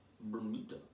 Bermuda